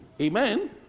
Amen